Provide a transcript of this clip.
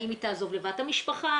האם היא תעזוב לבד את המשפחה,